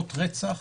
עברות רצח